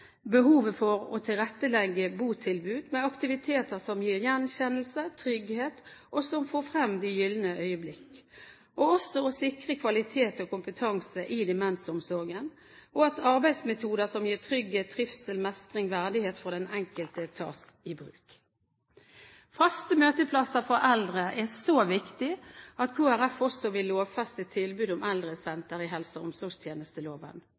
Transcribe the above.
behovet for å tilrettelegge botilbud med aktiviteter som gir gjenkjennelse, trygghet, og som får frem «de gylne øyeblikk», og også å sikre kvalitet og kompetanse i demensomsorgen, og at arbeidsmetoder som gir trygghet, trivsel, mestring og verdighet for den enkelte, tas i bruk. Faste møteplasser for eldre er så viktig at Kristelig Folkeparti vil lovfeste tilbud om eldresenter i helse- og omsorgstjenesteloven.